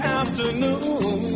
afternoon